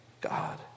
God